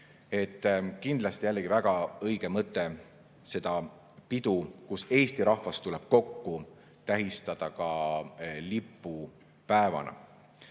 et kindlasti on, jällegi, väga õige mõte seda pidu, kus eesti rahvas tuleb kokku, tähistada ka lipupäevana.